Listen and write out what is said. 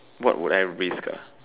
what would I risk